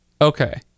Okay